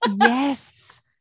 yes